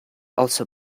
also